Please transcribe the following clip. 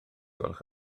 gwelwch